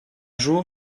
jour